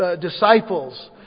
disciples